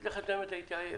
אגיד את האמת, הייתי עייף.